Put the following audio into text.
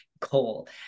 coal